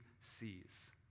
sees